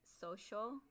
social